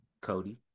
cody